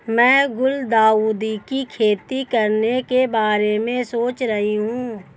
मैं गुलदाउदी की खेती करने के बारे में सोच रही हूं